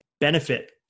benefit